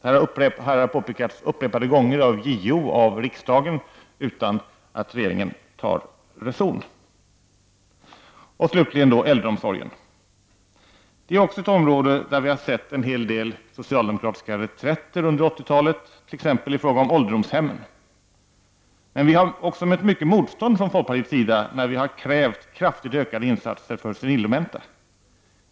Detta har påpekats upprepade gånger av JO och av riksdagen utan att regeringen tar reson. 5. Så har vi äldreomsorgen. Det är också ett område där vi sett en del socialdemokratiska reträtter under 80-talet, t.ex. i fråga om ålderdomshemmen. Men vi har också mött mycket motstånd när vi krävt kraftigt ökade insatser för de senildementa.